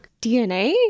DNA